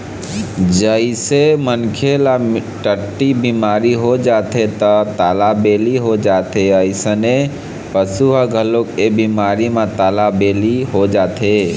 जइसे मनखे ल टट्टी बिमारी हो जाथे त तालाबेली हो जाथे अइसने पशु ह घलोक ए बिमारी म तालाबेली हो जाथे